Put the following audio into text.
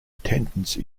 attendance